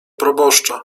proboszcza